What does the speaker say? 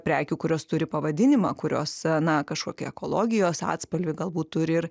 prekių kurios turi pavadinimą kurios na kažkokį ekologijos atspalvį galbūt turi ir